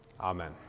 Amen